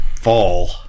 fall